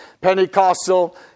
Pentecostal